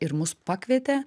ir mus pakvietė